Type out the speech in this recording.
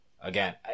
Again